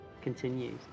continues